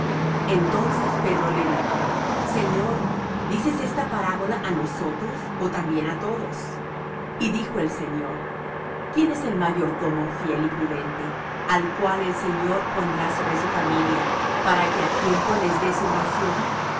entonces pedro le dijo señor dices esta parábola á nosotros ó también á todos y dijo el señor quién es el mayordomo fiel y prudente al cual el señor pondrá sobre su familia para que á tiempo les dé su ración